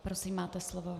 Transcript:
Prosím, máte slovo.